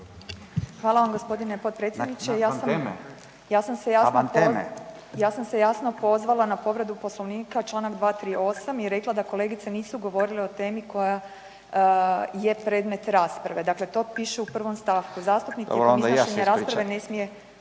A van teme./... Ja sam se jasno pozvala na povredu Poslovnika čl. 238 i rekla da kolegice nisu govorile o temi koja je predmet rasprave. Dakle, to piše u prvom stavku. Zastupnik